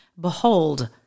Behold